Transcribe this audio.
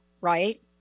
right